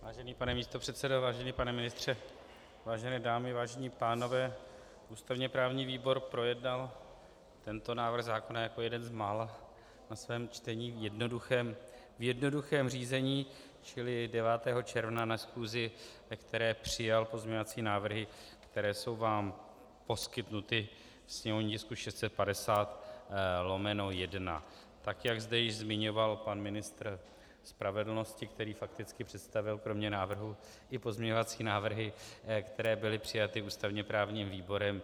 Vážený pane místopředsedo, vážený pane ministře, vážené dámy, vážení pánové, ústavněprávní výbor projednal tento návrh zákona jako jeden z mála v jednoduchém řízení 9. června na schůzi, na které přijal pozměňovací návrhy, které jsou vám poskytnuty ve sněmovním tisku 650/1, tak jak zde již zmiňoval pan ministr spravedlnosti, který fakticky představil kromě návrhu i pozměňovací návrhy, které byly přijaty ústavněprávním výborem.